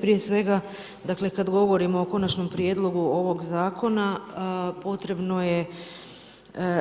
Prije svega, dakle, kada govorimo o konačnom prijedlogu ovog zakona, potrebno je